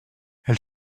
elle